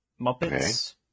Muppets